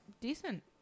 decent